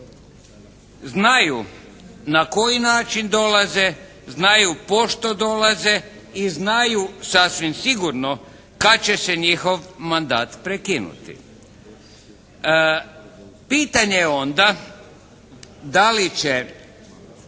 znaju na koji način dolaze, znaju po što dolaze i znaju sasvim sigurno kad će se njihov mandat prekinuti. Pitanje je onda da li će